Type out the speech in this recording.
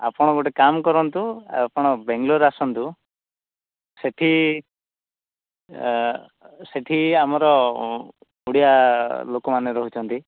ଆପଣ ଗୋଟେ କାମ୍ କରନ୍ତୁ ଆପଣ ବେଙ୍ଗଲୋର ଆସନ୍ତୁ ସେଠି ସେଠି ଆମର ଓଡ଼ିଆ ଲୋକମାନେ ରହୁଛନ୍ତି